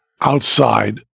outside